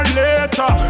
later